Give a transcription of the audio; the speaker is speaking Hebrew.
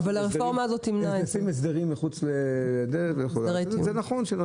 לאזן את זה או לתקן את זה ועדיין להוריד את העומס במערכת המשפטית.